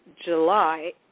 July